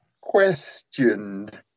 questioned